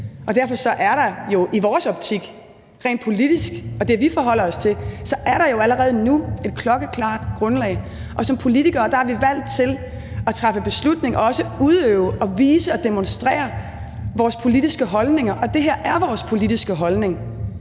Derfor er der jo i vores optik og rent politisk, og det er det, vi forholder os til, allerede nu et klokkeklart grundlag, og som politikere er vi valgt til at træffe beslutning og udøve og vise og demonstrere vores politiske holdninger, og det her er vores politiske holdning,